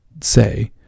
say